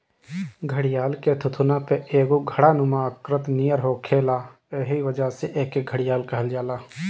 घड़ियाल के थुथुना पे एगो घड़ानुमा आकृति नियर होखेला एही वजह से एके घड़ियाल कहल जाला